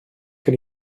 gen